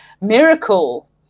miracle